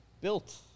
Built